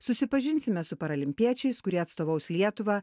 susipažinsime su paralimpiečiais kurie atstovaus lietuvą